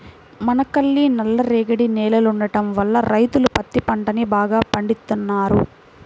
మనకల్లి నల్లరేగడి నేలలుండటం వల్ల రైతులు పత్తి పంటని బాగా పండిత్తన్నారు